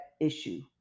issue